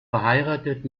verheiratet